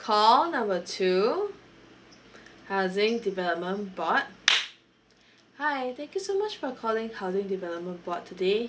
call number two housing development board hi thank you so much for calling housing development board today